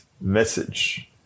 message